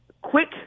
quick